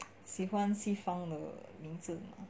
喜欢西方的名字嘛